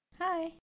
Hi